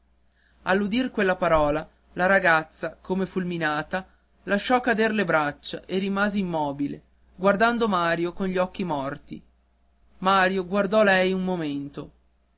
all'udir quella parola la ragazza come fulminata lasciò cascare le braccia e rimase immobile guardando mario con gli occhi morti mario guardò lei un momento